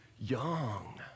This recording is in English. young